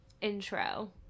intro